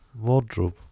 wardrobe